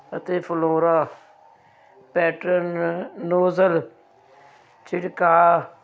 ਅਤੇ flora pattern nozzle ਛਿੜਕਾਅ